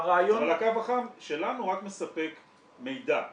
אבל הקו החם שלנו רק מספק מידע,